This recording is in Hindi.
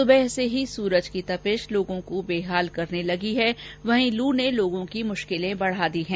सुबह से ही सूरज की तपिश लोगों को बेहाल करने लगी है वहीं लू ने लोगों की मुश्किलें बढ़ा दी हैं